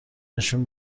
نشون